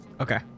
Okay